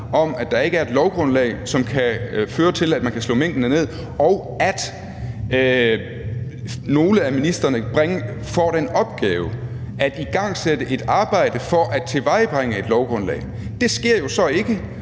om, at der ikke er et lovgrundlag, som kan føre til, at man kan slå minkene ned, og at nogle af ministrene får den opgave at igangsætte et arbejde for at tilvejebringe et lovgrundlag. Det sker jo så ikke,